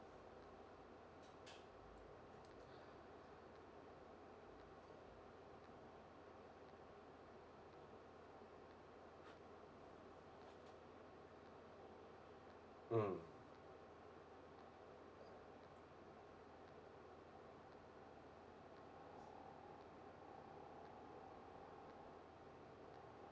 mm